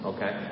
Okay